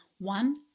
one